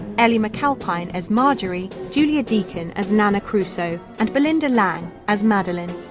elle mcalpine as marjorie, julia deakin as nana crusoe, and belinda lang as madeleine,